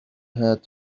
had